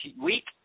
week